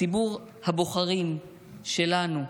ציבור הבוחרים שלנו,